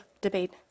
debate